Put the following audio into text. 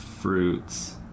fruits